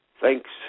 thanks